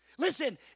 Listen